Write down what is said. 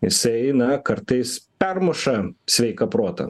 jisai na kartais permuša sveiką protą